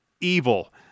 evil